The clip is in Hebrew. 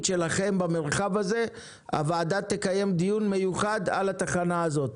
שלכם במרחב הזה הוועדה תקיים דיון מיוחד על התחנה הזאת.